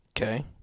Okay